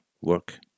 Work